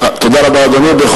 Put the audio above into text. תודה רבה, אדוני.